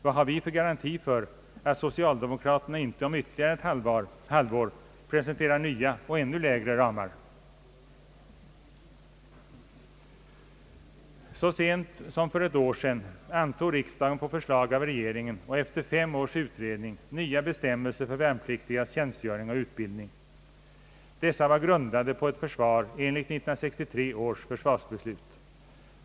Vad har vi för garanti för att socialdemokraterna inte om ytterligare ett halvår presenterar nya och ännu lägre ramar? Så sent som för ett år sedan antog riksdagen på förslag av regeringen och efter fem års utredning nya bestämmelser för värnpliktigas tjänstgöring och utbildning. Dessa var grundade på ett försvar enligt 1963 års försvarsbeslut.